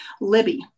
Libby